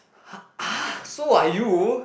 so are you